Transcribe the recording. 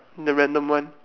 the random one